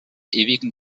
ewigen